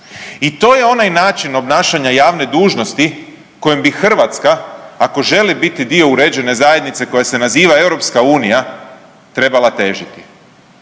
I to je onaj način obnašanja javne dužnosti kojem bi Hrvatska ako želi biti dio uređene zajednice koja se naziva EU trebala težiti,